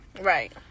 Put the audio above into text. Right